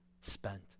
spent